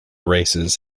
races